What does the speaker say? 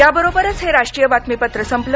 या बरोबरच हे राष्ट्रीय बातमीपत्र संपलं